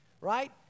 right